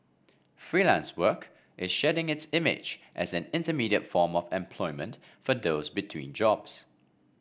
freelance work is shedding its image as an intermediate form of employment for those between jobs